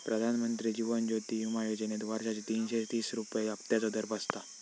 प्रधानमंत्री जीवन ज्योति विमा योजनेत वर्षाचे तीनशे तीस रुपये हफ्त्याचो दर बसता